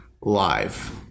live